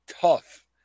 tough